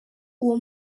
uwo